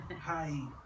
Hi